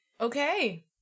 Okay